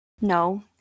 no